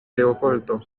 leopoldo